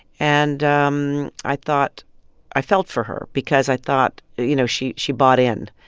and um i thought i felt for her because i thought you know, she she bought in.